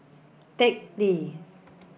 Teck Lee